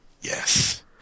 Yes